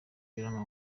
w’umupira